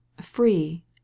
Free